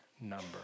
number